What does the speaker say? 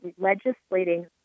legislating